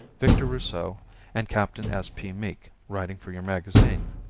victor rousseau and captain s. p. meek writing for your magazine,